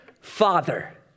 father